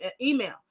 email